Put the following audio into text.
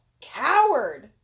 coward